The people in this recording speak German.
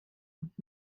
und